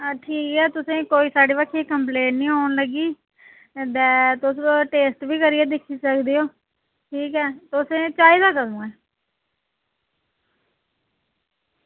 हां ठीक ऐ तुसेंगी कोई साढ़ी बक्खी दा कंप्लेन निं औन लग्गी ते तुस टेस्ट बी करियै दिक्खी सकदे ओ ठीक ऐ तुसेंगी चाहिदी कदूं ऐ